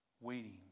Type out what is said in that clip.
waiting